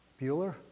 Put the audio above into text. Bueller